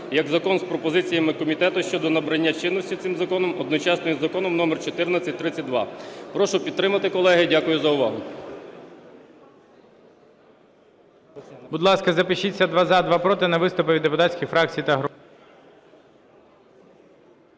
як закон з пропозиціями комітету щодо набрання чинності цим законом одночасно із Законом № 1432. Прошу підтримати, колеги. Дякую за увагу.